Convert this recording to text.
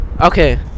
Okay